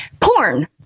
porn